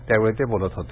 त्यावेळी ते बोलत होते